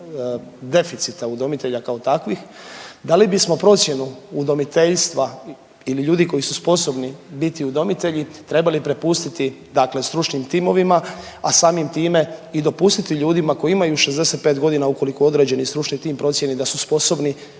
da li bismo procjenu udomiteljstva ili ljudi koji su sposobni biti udomitelji trebali prepustiti dakle stručnim timovima, a samim time i dopustiti ljudima koji imaju 65 godina ukoliko određeni stručni tim procijeni da su sposobni